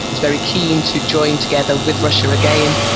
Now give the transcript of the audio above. is very keen to join together with russia again,